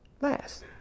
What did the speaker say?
last